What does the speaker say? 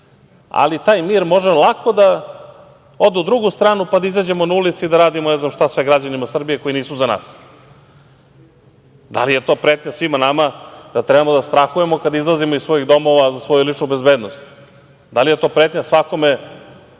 ali taj mir može lako da ode na drugu stranu pa da izađemo na ulice i da radimo ne znam šta sve građanima Srbije koji nisu za nas. Da li je to pretnja svima nama, da trebamo da strahujemo kada izlazimo iz svojih domova za svoju ličnu bezbednost? Da li je to pretnja svakome